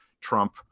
trump